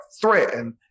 threatened